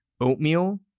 oatmeal